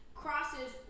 crosses